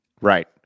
Right